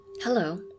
Hello